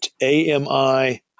A-M-I